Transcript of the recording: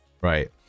right